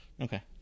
Okay